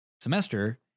semester